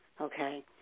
okay